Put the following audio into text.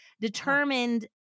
determined